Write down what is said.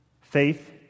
Faith